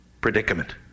predicament